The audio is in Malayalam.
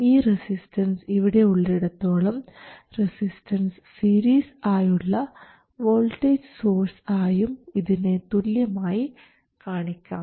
ഈ റെസിസ്റ്റൻസ് ഇവിടെ ഉള്ളിടത്തോളം റെസിസ്റ്റൻസ് സീരീസ് ആയുള്ള വോൾട്ടേജ് സോഴ്സ് ആയും ഇതിനെ തുല്യമായി കാണിക്കാം